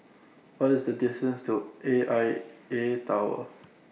What IS The distance to A I A Tower